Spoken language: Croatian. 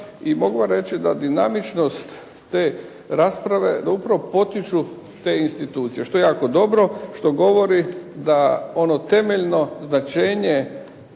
I mogu vam reći da dinamičnost te rasprave, da upravo potiču te institucije što je jako dobro, što govori da ono temeljno značenje